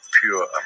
pure